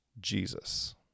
Jesus